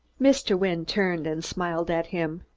mr. wynne turned and smiled at him.